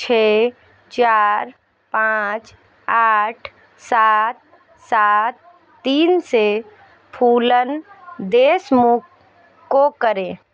छः चार पाँच आठ सात सात तीन से फूलन देशमुख को करें